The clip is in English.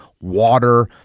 water